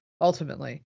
ultimately